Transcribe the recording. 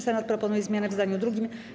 Senat proponuje zmianę w zdaniu drugim.